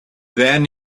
then